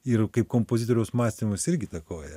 ir kaip kompozitoriaus mąstymas irgi įtakoja